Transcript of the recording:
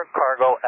cargo